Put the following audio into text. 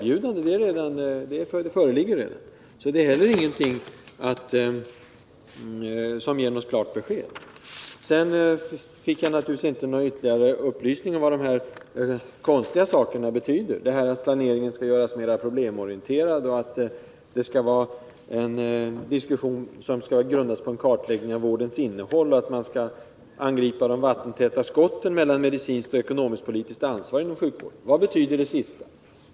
Jag fick inte någon upplysning om vad de här konstiga sakerna betyder: att planeringen skall göras mera problemorienterad, att det skall föras en diskussion som skall grunda sig på en kartläggning av vårdens innehåll och att man skall angripa de vattentäta skotten mellan medicinskt och ekonomisktpolitiskt ansvar inom sjukvården. Vad betyder det sista?